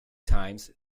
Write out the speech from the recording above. times